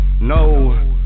no